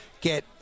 get